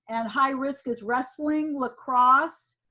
and high risk is wrestling, lacrosse,